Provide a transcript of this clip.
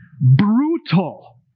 brutal